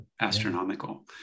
astronomical